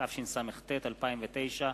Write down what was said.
התשס"ט 2009,